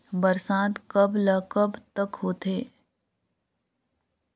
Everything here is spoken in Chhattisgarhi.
बरसात कब ल कब तक होथे?